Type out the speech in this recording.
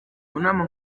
nama